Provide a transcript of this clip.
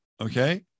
Okay